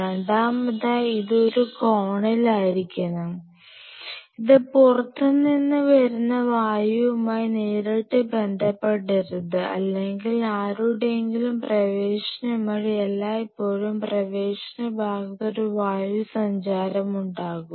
രണ്ടാമതായി ഇത് ഒരു കോണിൽ ആയിരിക്കണം ഇത് പുറത്തു നിന്ന് വരുന്ന വായുവുമായി നേരിട്ട് ബന്ധപ്പെടരുത് അല്ലെങ്കിൽ ആരുടെയെങ്കിലും പ്രവേശനം വഴി എല്ലായ്പ്പോഴും പ്രവേശന ഭാഗത്തു ഒരു വായു സഞ്ചാരമുണ്ടാകും